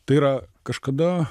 tai yra kažkada